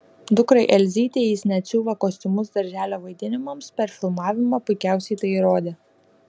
dukrai elzytei jis net siuva kostiumus darželio vaidinimams per filmavimą puikiausiai tai įrodė